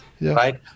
Right